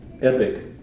epic